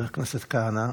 חבר הכנסת כהנא,